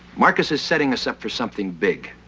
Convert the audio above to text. marcus is setting us up for something big.